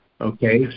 okay